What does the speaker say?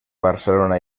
barcelona